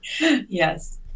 Yes